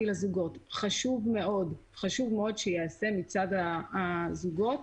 לזוגות, חשוב מאוד שייעשה מצד הזוגות